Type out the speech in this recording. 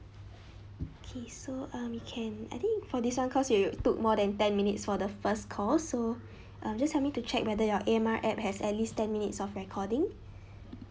okay so um we can I think for this [one] cause you took more than ten minutes for the first call so um just help me to check whether your A_M_R app has at least ten minutes of recording